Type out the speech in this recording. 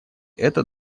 этот